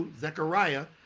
Zechariah